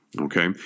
Okay